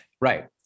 right